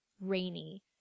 rainy